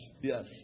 Yes